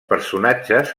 personatges